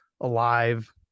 alive